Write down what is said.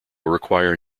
require